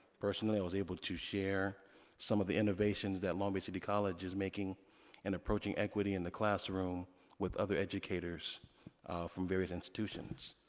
personally, i was able to share some of the innovations that long beach city college is making in and approaching equity in the classroom with other educators from various institutions.